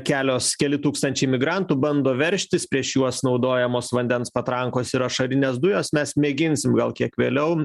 kelios keli tūkstančiai migrantų bando veržtis prieš juos naudojamos vandens patrankos ir ašarinės dujos mes mėginsim gal kiek vėliau